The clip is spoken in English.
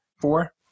Four